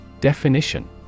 Definition